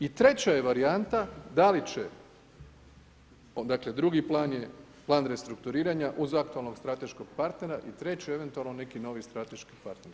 I treća je varijanta da li će, dakle drugi plan je plan restrukturiranja uz aktualnog strateškog partnera i treće eventualno neki novi strateški partnera.